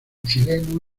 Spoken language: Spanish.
chileno